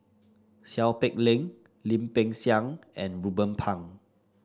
Seow Peck Leng Lim Peng Siang and Ruben Pang